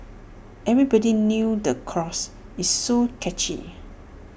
everybody knew the chorus it's so catchy